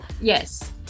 Yes